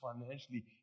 financially